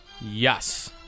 Yes